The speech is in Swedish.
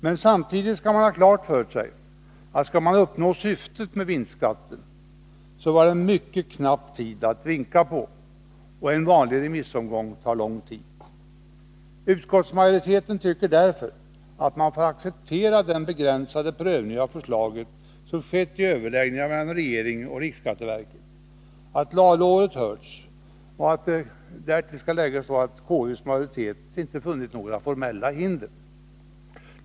Men samtidigt skall man ha klart för sig att skulle man uppnå syftet med vinstskatten så var det mycket knapp tid att vinka på, och en vanlig remissomgång tar lång tid. Utskottsmajoriteten tycker därför att man får acceptera den begränsade prövning av förslaget som skett i överläggningar mellan regeringen och riksskatteverket. Lagrådet har hörts, och därtill skall läggas att konstitutionsutskottets majoritet inte funnit några formella hinder.